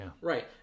Right